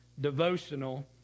devotional